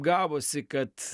gavosi kad